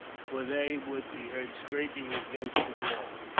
for they would be heard scraping against the wall.